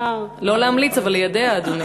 לא להמליץ, ליידע, אדוני.